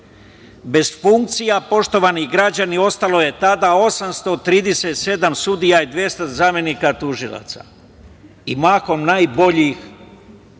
Bez funkcija, poštovani građani, ostalo je tada 837 sudija i 200 zamenika tužilaca, mahom najboljih